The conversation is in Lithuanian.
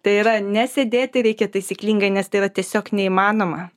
tai yra ne sėdėti reikia taisyklingai nes tai yra tiesiog neįmanoma